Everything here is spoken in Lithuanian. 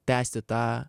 tęsti tą